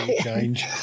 change